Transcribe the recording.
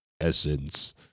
essence